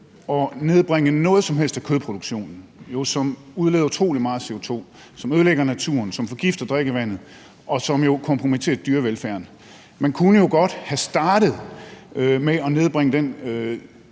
at nedbringe noget som helst af kødproduktionen, som jo udleder utrolig meget CO2, som ødelægger naturen, som forgifter drikkevandet, og som kompromitterer dyrevelfærden? Man kunne jo godt have startet med at nedbringe den